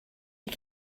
you